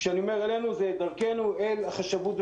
כשאני אומר אלינו זה דרכנו אל החשבות.